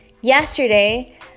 yesterday